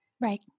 Right